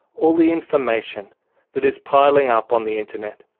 all the information that is piling up on the internet.